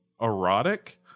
erotic